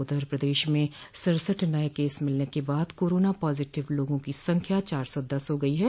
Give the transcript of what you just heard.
उधर प्रदेश में सड़सठ नये केस मिलने के बाद कोरोना पॉजिटिव लोगों की संख्या चार सौ दस हो गई है